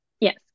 yes